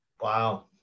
Wow